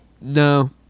No